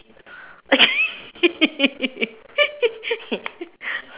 actually